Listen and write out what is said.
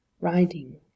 Riding